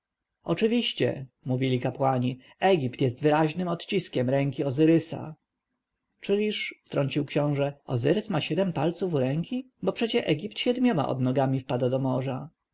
oczywiście mówili kapłani egipt jest wyraźnym odciskiem ręki ozyrysa czyliż wtrącił książę ozyrys ma siedem palców u ręki bo przecie nil siedmiu odnogami wpada do morza